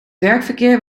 werkverkeer